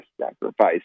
sacrifice